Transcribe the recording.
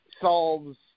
solves